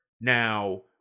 Now